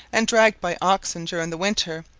and dragged by oxen, during the winter,